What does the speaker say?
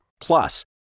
Plus